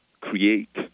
create